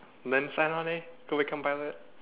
then sign on eh go become pilot